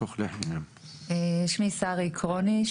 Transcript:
שמי שרי קרוניש,